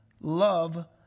love